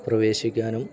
പ്രവേശിക്കാനും